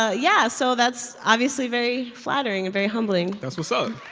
ah yeah. so that's obviously very flattering and very humbling that's what's up